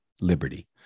liberty